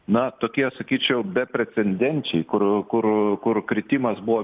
na tokie sakyčiau beprecedenčiai kur kur kur kritimas buvo